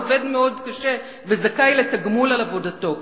עובד מאוד קשה וזכאי לתגמול על עבודתו,